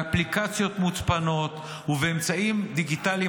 באפליקציות מוצפנות ובאמצעים דיגיטליים